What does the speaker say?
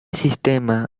sistema